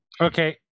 Okay